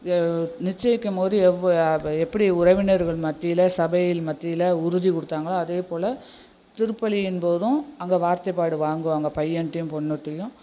நிச்சயிக்கும் போது எப்படி உறவினர்கள் மத்தியில் சபையின் மத்தியில் உறுதி கொடுத்தாங்களோ அதேபோல் திருப்பள்ளியின் போதும் அங்கே வார்த்தைப்பாடு வாங்குவாங்க பையன்கிட்டயும் பொண்ணுகிட்டயும்